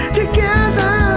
together